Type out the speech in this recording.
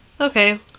Okay